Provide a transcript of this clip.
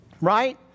Right